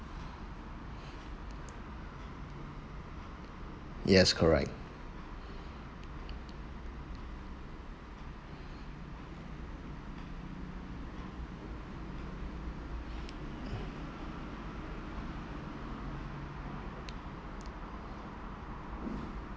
yes correct